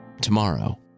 Tomorrow